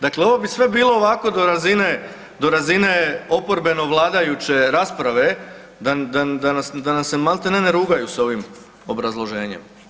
Dakle, ovo bi sve bilo ovako do razine oporbeno vladajuće rasprave da nam se maltene, ne rugaju s ovim obrazloženjem.